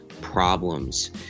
problems